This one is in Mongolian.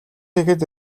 хийхэд